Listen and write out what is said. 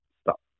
stop